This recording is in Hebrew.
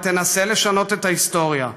ותנסה לשנות את ההיסטוריה.